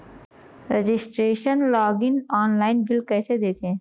Registration login online bill कैसे देखें?